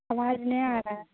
आवाज़ नहीं आ रही है